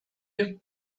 you